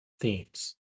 themes